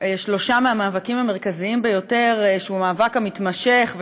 שלושה מהמאבקים המרכזיים ביותר: מאבק שהוא מאבק מתמשך,